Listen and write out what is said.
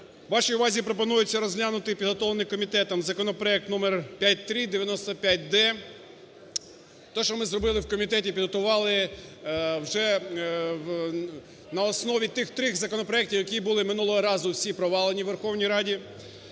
Вашій увазі пропонується розглянути підготовлений комітетом законопроект номер 5395-д. Те, що ми зробили в комітеті, підготували вже на основі тих трьох законопроектів, які були минулого разу всі провалені у Верховній Раді.